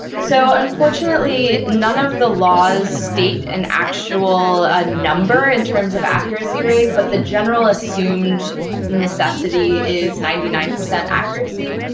so unfortunately, none of the laws state an actual ah number in terms of accuracy rate, but the general assumed necessity is ninety nine percent accuracy.